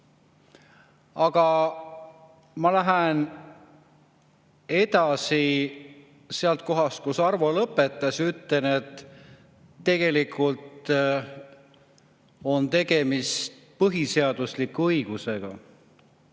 Ma lähen edasi sealt kohast, kus Arvo lõpetas, ja ütlen, et tegelikult on tegemist põhiseadusliku õigusega.